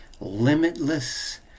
limitless